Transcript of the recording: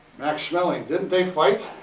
max schmeling, didn't they fight?